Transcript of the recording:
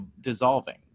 dissolving